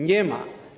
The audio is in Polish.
Nie ma.